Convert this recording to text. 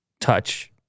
touch